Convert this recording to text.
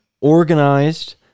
organized